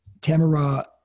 Tamara